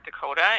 Dakota